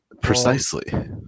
Precisely